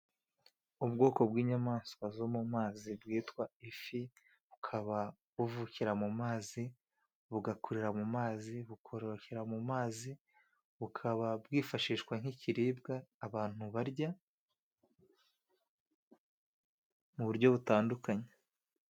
Ubwoko bw'inyamaswa zo mu mazi bwitwa ifi, bukaba buvukira mu mazi bugakurira mu mazi, bukororokera mu mazi, bukaba bwifashishwa nk'ibiribwa abantu barya mu buryo butandukanye.